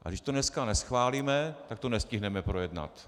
A když to dneska neschválíme, tak to nestihneme projednat.